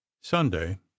Sunday